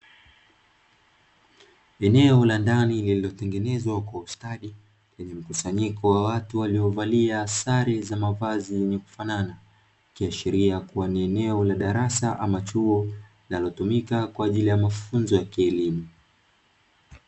Eneo la ndani lililotengenezwa kwa ustadi, lenye mkusanyiko wa watu waliovalia sare za mavazi yenye kufanana, ikiashiria kuwa ni eneo la darasa ama chuo, linalotumika kwa ajili ya mafunzo ya kielimu.